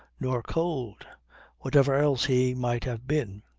nor cold whatever else he might have been.